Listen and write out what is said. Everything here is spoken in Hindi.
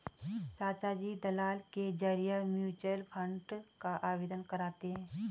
चाचाजी दलाल के जरिए म्यूचुअल फंड का आवेदन करते हैं